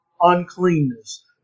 uncleanness